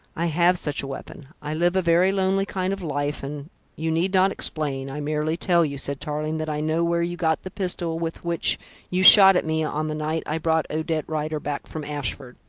i have such a weapon. i live a very lonely kind of life, and you need not explain. i merely tell you, said tarling, that i know where you got the pistol with which you shot at me on the night i brought odette rider back from ashford.